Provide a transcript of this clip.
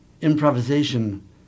improvisation